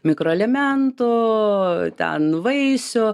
mikroelementų ten vaisių